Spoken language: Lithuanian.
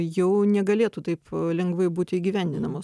jau negalėtų taip lengvai būti įgyvendinamos